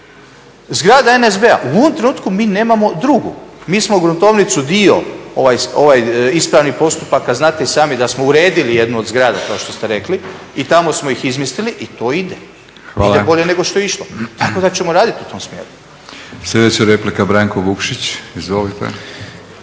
Zgrada NSB-a, u ovom trenutku mi nemamo drugu, mi smo gruntovnicu dio ispravnih postupaka, znate i sami da smo uredili jednu od zgrada, kao što ste rekli i tamo smo ih izmjestili i to ide. Ide bolje nego što je išlo, tako da ćemo raditi u tom smjeru. **Batinić, Milorad